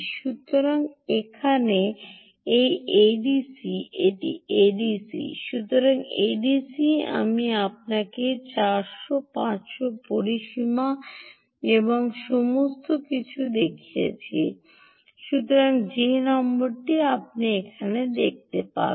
সুতরাং এখানে এই এডিসি এটি এডিসি সুতরাং এডিসি আমি আপনাকে 450 500 পরিসীমা এবং সমস্ত কিছু দেখিয়েছি সুতরাং যে নম্বরটি আপনি এখানে দেখতে পাবেন